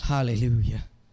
Hallelujah